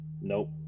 Nope